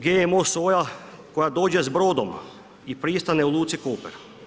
GMO soja koja dođe s brodom i pristane u luci Koper.